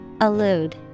Allude